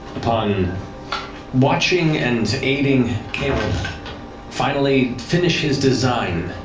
upon watching and aiding caleb finally finish his design,